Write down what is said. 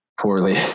poorly